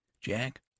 Jack